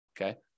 okay